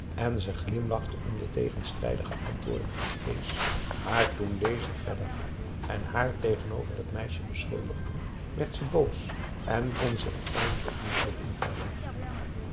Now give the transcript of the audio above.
en ze glimlachte om de tegenstrijdige antwoorden van kees maar toen deze verder ging en haar tegenover het meisje beschuldigde werd ze boos en kon zich eindelijk niet meer inhouden